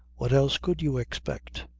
what else could you expect?